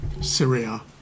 Syria